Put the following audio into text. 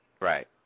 Right